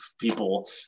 people